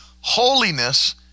holiness